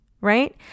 right